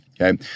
Okay